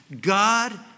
God